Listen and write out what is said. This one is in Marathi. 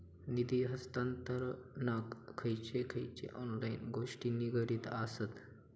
निधी हस्तांतरणाक खयचे खयचे ऑनलाइन गोष्टी निगडीत आसत?